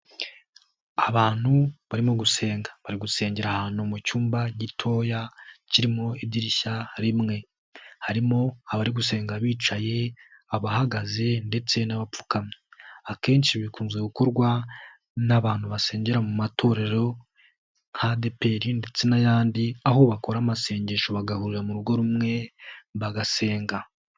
Abantu barimo gusenga, bari gusengera ahantu mu cyumba gitoya kirimo idirishya rimwe. Harimo abari gusenga bicaye, abahagaze ndetse n'abapfukamye, akenshi bikunze gukorwa n'abantu basengera mu matorero nka ADEPR ndetse n'ayandi aho bakora amasengesho bagahurira mu rugo rumwe bagasenga.